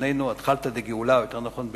בלשוננו "אתחלתא דגאולה" או יותר נכון,